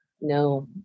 No